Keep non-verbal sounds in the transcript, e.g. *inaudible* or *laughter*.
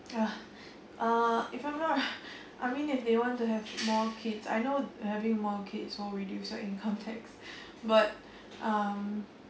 ya uh if I'm not *laughs* I mean if they want to have more kids I know having more kids will reduce your income tax *laughs* but um